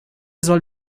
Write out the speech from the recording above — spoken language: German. soll